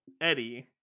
Eddie